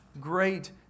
great